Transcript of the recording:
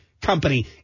company